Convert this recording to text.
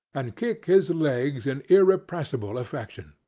and kick his legs in irrepressible affection!